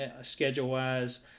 schedule-wise